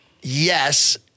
yes